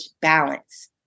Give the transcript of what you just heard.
balance